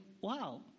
wow